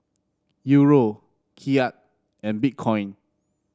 Euro Kyat and Bitcoin